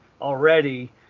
already